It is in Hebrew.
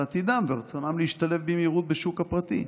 עתידם ורצונם להשתלב במהירות בשוק הפרטי,